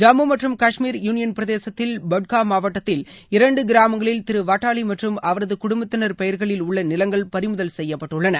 ஜம்மு மற்றும் கஷ்மீர் யூனியன் பிரதேசத்தில் படுகாம் மாவட்டத்தில் இரண்டு கிராமங்களில் திரு வட்டாலி மற்றும் அவரது குடும்பத்தினர் பெயர்களில் உள்ள நிலங்கள் பறிமுதல் செய்யப்பட்டுள்ளன